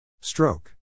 Stroke